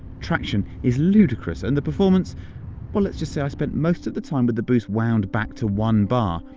traction is ludicrous. and the performance well let's just say i spent most of the time with but the boost wound back to one bar.